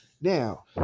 now